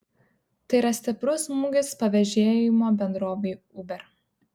tai yra stiprus smūgis pavėžėjimo bendrovei uber